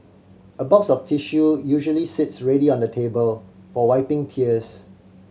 a box of tissue usually sits ready on the table for wiping tears